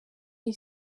iyi